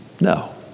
No